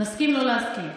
נסכים לא להסכים.